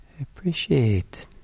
Appreciate